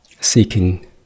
seeking